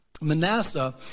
Manasseh